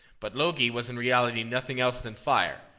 but logi was in reality nothing else than fire,